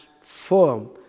firm